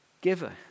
giver